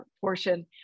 portion